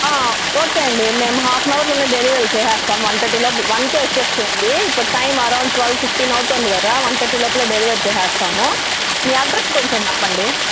okay అండీ మేము half on అవర్లోనే డెలివరీ చేసేస్తాము వన్ థర్టీ లోపు వన్కే వచ్చేస్తుంది ఇప్పుడు టైమ్ అరౌండ్ ట్వెల్వ్ ఫిఫ్టీన్ అవుతుంది కదా వన్ థర్టీ లోపల డెలివరీ చేసేస్తాము మీ అడ్రస్ కొంచెం చెప్పండి